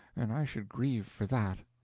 and i should grieve for that.